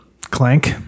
Clank